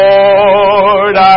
Lord